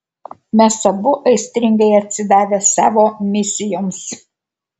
mes abu aistringai atsidavę savo misijoms